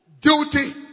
duty